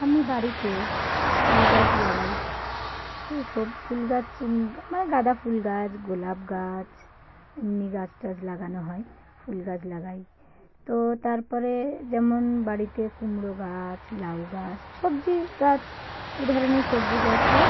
আমি বাড়িতে ফুল গাছ লাগাই গাছ তো সব ফুল গাছ গাঁদা গাঁদা ফুল গাছ গোলাপ গাছ এমনি গাছ টাছ লাগানো হয় ফুল গাছ লাগাই তো তারপরে যেমন বাড়িতে কুমড়ো গাছ লাউ গাছ সবজি গাছ এ ধরনের সবজি গাছ টাছ